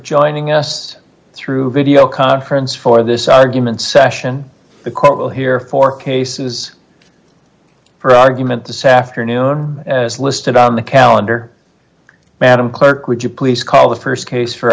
joining us through video conference for this argument session the court will hear four cases for argument this afternoon as listed on the calendar madam clerk would you please call the st case for